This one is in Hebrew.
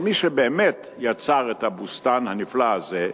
אבל מי שבאמת יצר את הבוסתן הנפלא הזה,